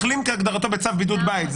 מחלים כהגדרתו בצו בידוד בית'.